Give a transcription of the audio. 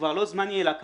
וכבר לא זמני אלא קבוע.